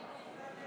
נגד טטיאנה